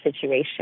situation